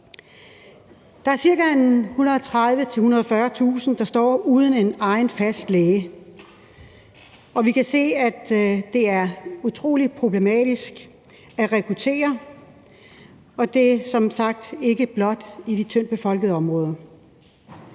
Der er cirka 130.00-140.000, der står uden egen, fast læge, og vi kan se at, at det er utrolig problematisk at rekruttere, og det er som sagt ikke blot i de tyndt befolkede områder.